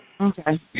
Okay